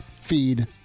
feed